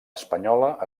espanyola